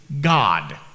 God